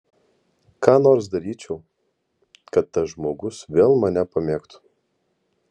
ką nors daryčiau kad tas žmogus vėl mane pamėgtų